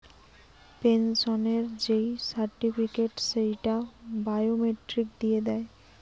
পেনসনের যেই সার্টিফিকেট, সেইটা বায়োমেট্রিক দিয়ে দেয়